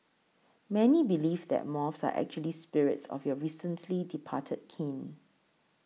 many believe that moths are actually spirits of your recently departed kin